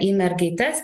į mergaites